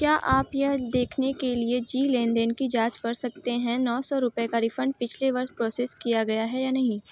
क्या आप यह देखने के लिए जी लेन देन की जाँच कर सकते हैं नौ सौ रुपये का रिफंड पिछले वर्ष प्रोसेस किया गया है या नहीं